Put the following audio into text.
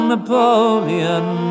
Napoleon